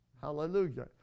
hallelujah